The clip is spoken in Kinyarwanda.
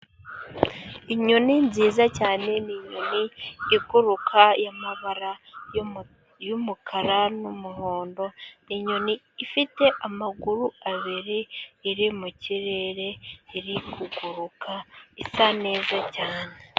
Inyoni nziza cyane, ni inyoni iguruka y'amabara yumukara n'umuhondo, inyoni ifite amaguru abiri, iri mu kirere, iri kuguruka, isa neza cyane.